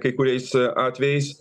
kai kuriais atvejais